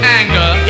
anger